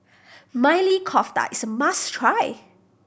Maili Kofta is a must try